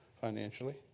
financially